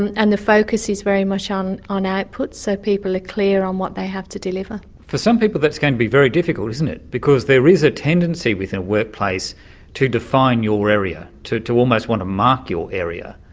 and and the focus is very much on on output, so people are ah clear on what they have to deliver. for some people that's going to be very difficult, isn't it, because there is a tendency within a workplace to define your area, to to almost want to mark your area.